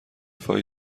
فای